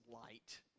light